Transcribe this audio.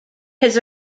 his